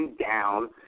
down –